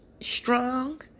strong